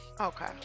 okay